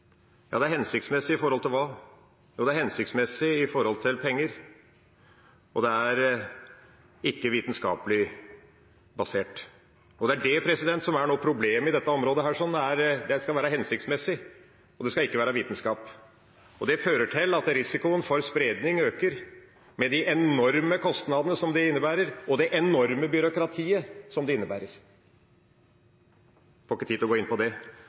Hensiktsmessig i forhold til hva? Jo, det er hensiktsmessig i forhold til penger, og det er ikke vitenskapelig basert. Det er det som er noe av problemet på dette området. Det skal være hensiktsmessig, og det skal ikke være vitenskap. Det fører til at risikoen for spredning øker, med de enorme kostnadene som det innebærer, og med det enorme byråkratiet som det innebærer. Jeg får ikke tid til å gå inn på det.